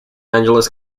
angeles